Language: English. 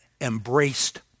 embraced